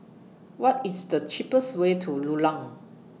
What IS The cheapest Way to Rulang